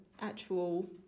actual